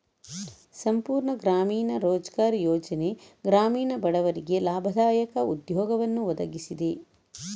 ಸಂಪೂರ್ಣ ಗ್ರಾಮೀಣ ರೋಜ್ಗಾರ್ ಯೋಜನೆ ಗ್ರಾಮೀಣ ಬಡವರಿಗೆ ಲಾಭದಾಯಕ ಉದ್ಯೋಗವನ್ನು ಒದಗಿಸಿದೆ